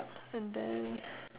and then